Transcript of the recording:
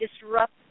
disrupt